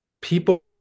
People